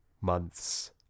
months